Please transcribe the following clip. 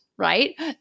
Right